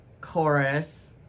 chorus